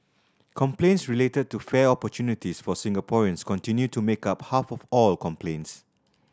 complaints related to fair opportunities for Singaporeans continue to make up half of all complaints